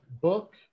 book